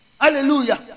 Hallelujah